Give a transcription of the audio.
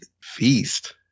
Feast